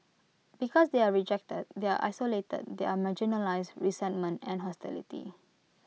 because they are rejected they are isolated they are marginalised resentment and hostility